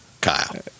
Kyle